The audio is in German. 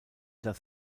das